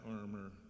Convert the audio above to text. armor